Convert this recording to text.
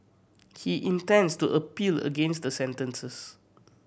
he intends to appeal against the sentences